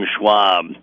Schwab